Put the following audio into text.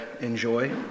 enjoy